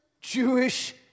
Jewish